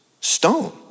stone